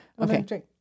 Okay